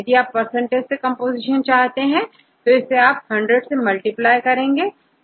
यदि आप परसेंटेज में कंपोजीशन चाहते हैं तो इसे आपको हंड्रेड से मल्टीप्लाई करना पड़ेगा